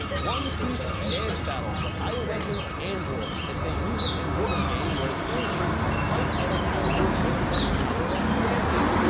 one piece dance battle for ios and android. it's a music and rhythm game where it seems you fight other characters with the power of dancing,